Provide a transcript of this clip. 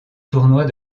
tournoi